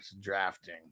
drafting